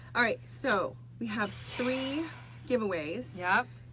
alright so, we have three giveaways. yeah.